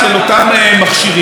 לפי החוק,